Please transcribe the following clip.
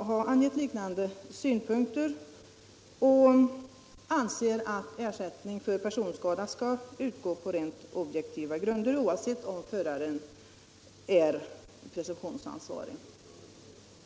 har angivit liknande synpunkter och anser, att ersättning för personskada skall utgå på rent objektiva grunder oavsett om föraren är presumtionsansvarig.